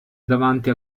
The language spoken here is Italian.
davanti